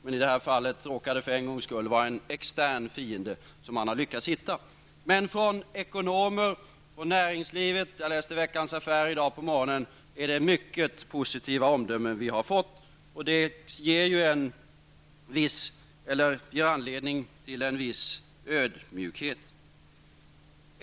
Men i det här fallet råkade det för en gångs skull vara en extern fiende som man har lyckats hitta. Från ekonomer och näringslivet -- jag läste Veckans Affärer i dag på morgonen -- är det positiva omdömen vi har fått, och det ger ju anledning till en viss ödmjukhet.